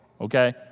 okay